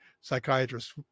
psychiatrists